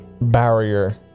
barrier